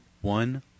one